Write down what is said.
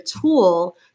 tool